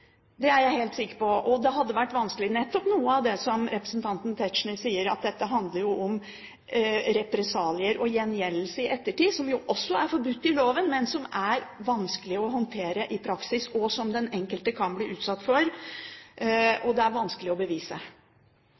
Det er jeg helt sikker på. Det hadde vært vanskelig nettopp fordi, som representanten Tetzschner sier, dette handler om represalier og gjengjeldelse i ettertid, som også er forbudt i loven, men som er vanskelig å håndtere i praksis. Den enkelte kan bli utsatt for ting det er vanskelig å bevise.